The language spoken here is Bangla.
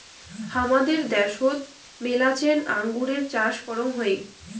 হামাদের দ্যাশোত মেলাছেন আঙুরের চাষ করাং হই